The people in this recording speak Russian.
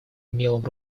умелым